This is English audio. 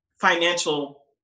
financial